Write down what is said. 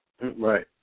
Right